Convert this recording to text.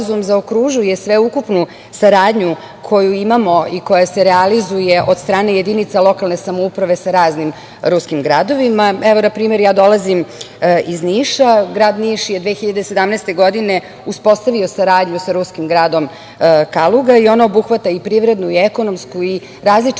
zaokružuje sveukupnu saradnju koju imamo i koja se realizuje od strane jedinica lokalne samouprave sa raznim ruskim gradovima. Na primer, ja dolazim iz Niša. Grad Niš je 2017. godine uspostavio saradnju sa ruskim gradom Kaluga i ona obuhvata i privrednu i ekonomsku i različite